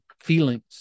feelings